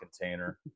container